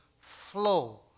flow